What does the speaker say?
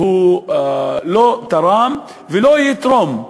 והוא לא תרם ולא יתרום,